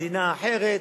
מדינה אחרת,